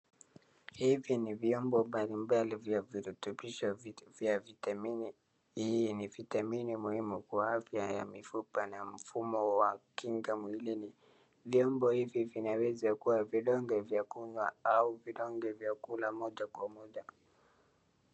Hivi ni vyombo mbalimbali vya virutubisho vya vitamini. Hii ni vitamini muhimu kwa afya ya mifupa na mfumo wa kinga mwilini. Vyombo hivi vinaweza kuwa vidonge vya kunywa au vidonge vya kula moja kwa moja.